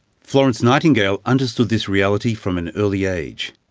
florence nightingale understood this reality from an early age.